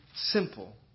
simple